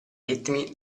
ritmi